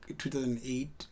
2008